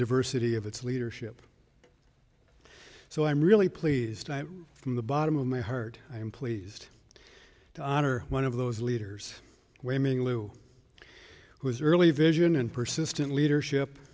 diversity of its leadership so i'm really pleased from the bottom of my heart i am pleased to honor one of those leaders women lou who is early vision and persistent leadership